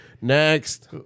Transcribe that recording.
Next